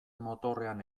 motorrean